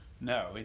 no